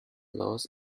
loss